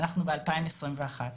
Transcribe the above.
אנחנו ב-2021.